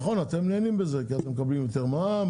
נכון, האוצר נהנה מזה כי הוא מקבל יותר מע"מ.